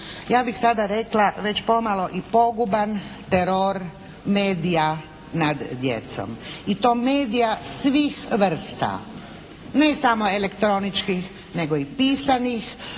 ja bih sada rekla već pomalo i poguban teror medija nad djecom. I to medija svih vrsta. Ne samo elektroničkih nego i pisanih